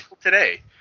today